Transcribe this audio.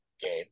game